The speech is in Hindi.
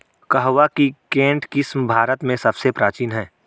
कहवा की केंट किस्म भारत में सबसे प्राचीन है